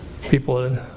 people